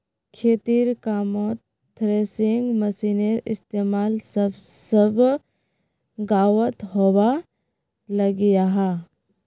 खेतिर कामोत थ्रेसिंग मशिनेर इस्तेमाल सब गाओंत होवा लग्याहा